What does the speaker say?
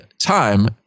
time